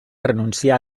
renuncià